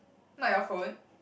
not your phone